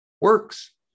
works